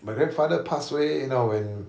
my grandfather passed away you know when